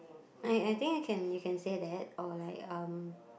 I I think you can you can say that or like um